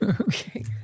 Okay